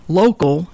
local